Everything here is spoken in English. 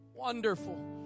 Wonderful